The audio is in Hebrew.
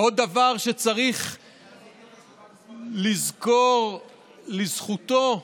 עוד דבר שצריך לזכור לזכותו,